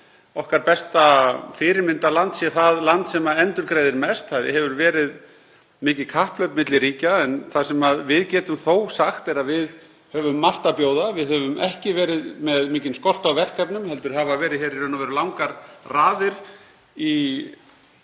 okkar besta fyrirmyndarland sé það land sem endurgreiðir mest, það hefur verið mikið kapphlaup milli ríkja. En það sem við getum þó sagt er að við höfum margt að bjóða. Við höfum ekki verið með mikinn skort á verkefnum heldur hefur verið mikil ásókn, langar raðir að því